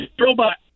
Robot